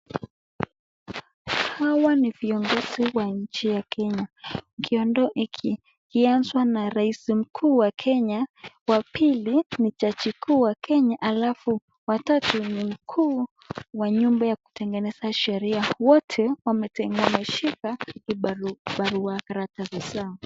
Hawa ni viongozi wa nchi ya Kenya .Kiondo hiki kimeanzwa na rais mkuu wa Kenya, wa pili ni jaji mkuu wa Kenya alafu watatu ni mkuu wa nyumba ya kutengeneza sheria. Wote wameshika barua karatasi zao.